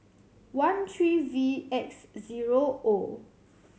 one three V X zero O